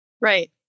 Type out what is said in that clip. Right